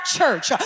Church